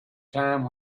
time